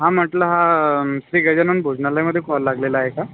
हां म्हटलं हा श्री गजानन भोजनालयमध्ये कॉल लागलेला आहे का